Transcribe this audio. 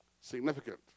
Significant